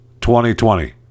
2020